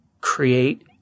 create